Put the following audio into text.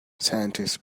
scientists